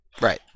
right